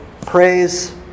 Praise